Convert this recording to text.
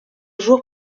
jours